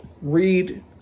read